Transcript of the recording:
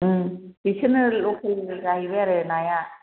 बिसोरनो लकेल जाहैबाय आरो नाया